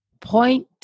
Point